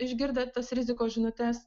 išgirdę tas rizikos žinutes